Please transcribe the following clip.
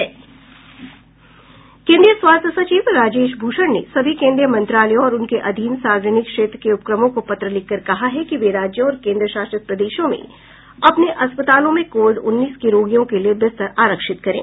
केन्द्रीय स्वास्थ्य सचिव राजेश भूषण ने सभी केंद्रीय मंत्रालयों और उनके अधीन सार्वजनिक क्षेत्र के उपक्रमों को पत्र लिखकर कहा है कि वे राज्यों और केंद्र शासित प्रदेशों में अपने अस्पतालों में कोविड उन्नीस के रोगियों के लिए बिस्तर आरक्षित करें